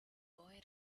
boy